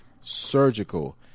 surgical